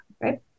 right